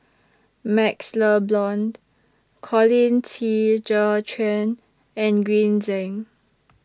MaxLe Blond Colin Qi Zhe Quan and Green Zeng